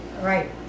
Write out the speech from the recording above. Right